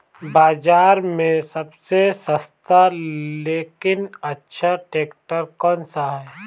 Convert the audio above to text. बाज़ार में सबसे सस्ता लेकिन अच्छा ट्रैक्टर कौनसा है?